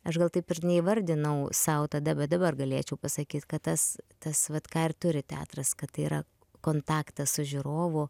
aš gal taip ir neįvardinau sau tada bet dabar galėčiau pasakyt kad tas tas vat ką ir turi teatras kad tai yra kontaktas su žiūrovu